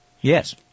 Yes